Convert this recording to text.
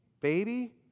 baby